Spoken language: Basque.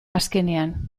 azkenean